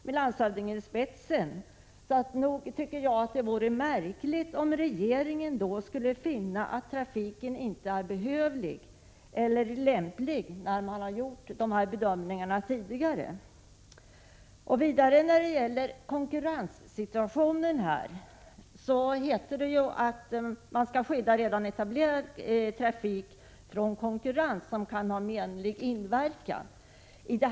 Med tanke på de bedömningar som gjorts tidigare tycker jag därför att det vore märkligt om regeringen skulle finna att trafiken inte är behövlig eller lämplig. När det gäller konkurrensförhållandena heter det vidare att man skall skydda redan etablerad trafik från konkurrens som kan ha menlig inverkan.